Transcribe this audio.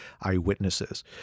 eyewitnesses